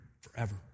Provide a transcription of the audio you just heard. forever